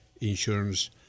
Insurance